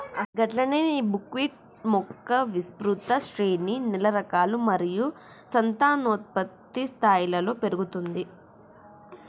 గట్లనే నీ బుక్విట్ మొక్క విస్తృత శ్రేణి నేల రకాలు మరియు సంతానోత్పత్తి స్థాయిలలో పెరుగుతుంది